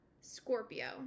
Scorpio